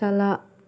ᱪᱟᱞᱟᱜ